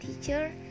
teacher